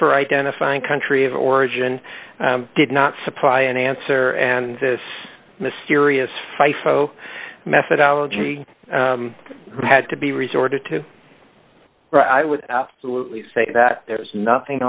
for identifying country of origin did not supply an answer and this mysterious fyfe methodology had to be resorted to i would absolutely say that there's nothing